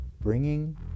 bringing